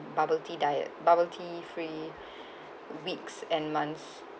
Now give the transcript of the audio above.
bubble tea diet bubble tea free weeks and months